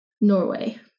Norway